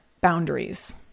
boundaries